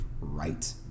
right